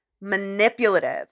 manipulative